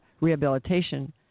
rehabilitation